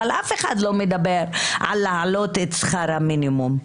אבל אף אחד לא מדבר על העלאת שכר המינימום.